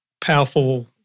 powerful